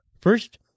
First